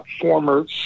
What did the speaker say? former